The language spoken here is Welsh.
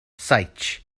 saets